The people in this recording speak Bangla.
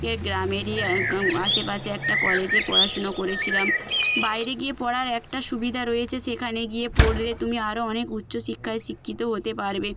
এ গ্রামেরই এক আশেপাশে একটা কলেজে পড়াশুনো করেছিলাম বাইরে গিয়ে পড়ার একটা সুবিধা রয়েছে সেখানে গিয়ে পড়লে তুমি আরও অনেক উচ্চশিক্ষায় শিক্ষিত হতে পারবে